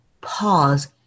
pause